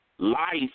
Life